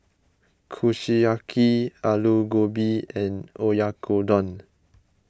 Kushiyaki Alu Gobi and Oyakodon